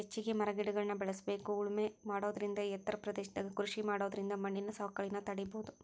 ಹೆಚ್ಚಿಗಿ ಮರಗಿಡಗಳ್ನ ಬೇಳಸ್ಬೇಕು ಉಳಮೆ ಮಾಡೋದರಿಂದ ಎತ್ತರ ಪ್ರದೇಶದಾಗ ಕೃಷಿ ಮಾಡೋದರಿಂದ ಮಣ್ಣಿನ ಸವಕಳಿನ ತಡೇಬೋದು